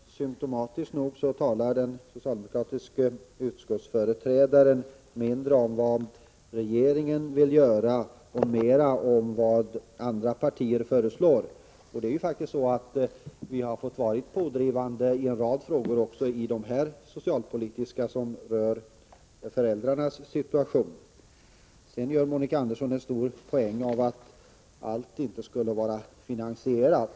Herr talman! Symtomatiskt nog talade den socialdemokratiska utskottsföreträdaren mindre om vad regeringen vill göra än om vad andra partier föreslår. Det är för övrigt faktiskt så att vi har fått vara pådrivande också i en rad av de socialpolitiska frågor som rör föräldrarnas situation. Monica Andersson gjorde också ett stort nummer av att allt i våra förslag inte skulle vara finansierat.